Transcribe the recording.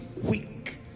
quick